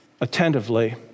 attentively